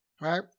right